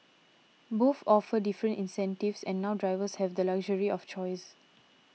both offer different incentives and now drivers have the luxury of choice